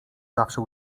zawsze